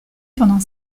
pendant